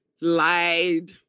lied